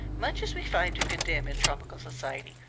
much as we find to condemn in tropical society,